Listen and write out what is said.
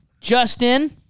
justin